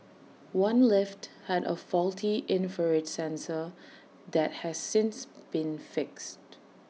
one lift had A faulty infrared sensor that has since been fixed